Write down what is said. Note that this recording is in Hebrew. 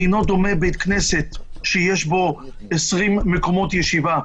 אינו דומה בית כנסת שיש בו 20 מקומות ישיבה,